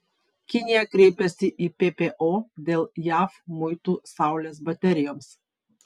kinija kreipėsi į ppo dėl jav muitų saulės baterijoms